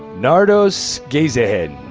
nardos gezahegn.